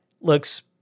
looks